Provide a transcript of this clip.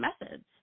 methods